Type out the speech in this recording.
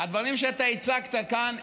הדברים שאתה הצגת כאן,